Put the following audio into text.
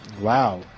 Wow